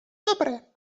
dobre